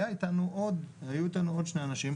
היו איתנו עוד שני אנשים.